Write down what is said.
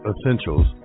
Essentials